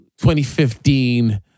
2015